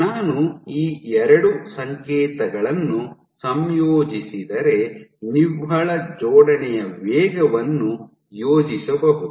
ನಾನು ಈ ಎರಡು ಸಂಕೇತಗಳನ್ನು ಸಂಯೋಜಿಸಿದರೆ ನಿವ್ವಳ ಜೋಡಣೆಯ ವೇಗವನ್ನು ಯೋಜಿಸಬಹುದು